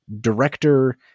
director